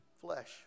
flesh